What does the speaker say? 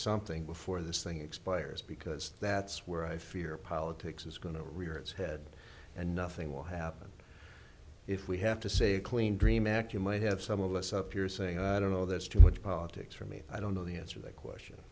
something before this thing expires because that's where i fear politics is going to rear its head and nothing will happen if we have to say clean dream act you might have some of us up here saying i don't know that's too much politics for me i don't know the answer the question